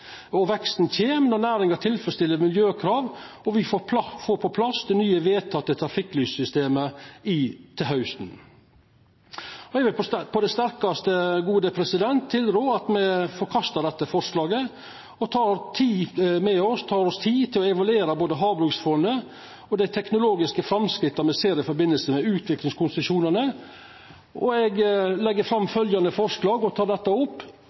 skattar. Veksten kjem når næringa tilfredsstiller miljøkrav og me får på plass det nye, vedtekne trafikklyssystemet til hausten. Eg vil på det sterkaste tilrå at me forkastar dette forslaget og tek oss tid til å evaluera både hvbruksfondet og dei teknologiske framstega me ser i samband med utviklingskonsesjonane. Eg legg fram følgjande forslag: «Stortinget ber regjeringen foreta en helhetlig gjennomgang av konsesjonsavgift, teknologisk utvikling og